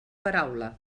paraula